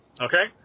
Okay